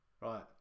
Right